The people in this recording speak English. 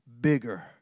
bigger